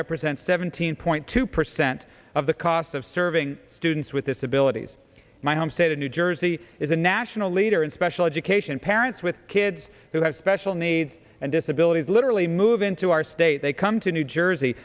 represents seventeen point two percent of the cost of serving students with disabilities my home state of new jersey is a national leader in special education parents with kids who have special needs and disabilities literally move into our state they come to new